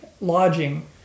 lodging